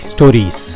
Stories